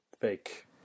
Fake